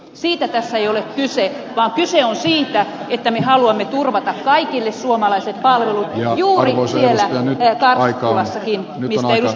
siitä tästä ei ole kyse vaan kyse on siitä että me haluamme turvata kaikille suomalaisille palvelut juuri siellä karttulassakin mistä edustaja rossi puhui